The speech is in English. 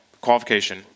qualification